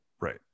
right